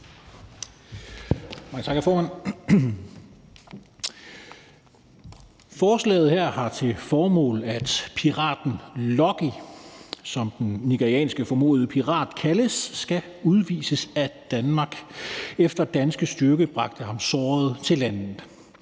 Mange tak, hr. formand. Forslaget her har til formål, at piraten Lucky, som den nigerianske formodede pirat kaldes, skal udvises af Danmark, efter at danske styrker bragte ham såret til landet.